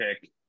pick